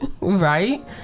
Right